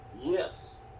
Yes